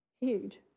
Huge